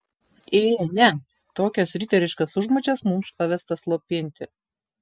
ė ne tokias riteriškas užmačias mums pavesta slopinti